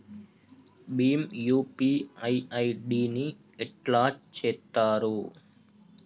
Bhim UPI ID ని ఎట్లా చేత్తరు?